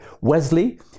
Wesley